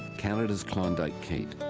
canada's klondike kate.